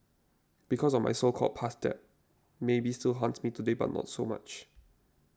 because of my so called past debt maybe still haunts me today but not so much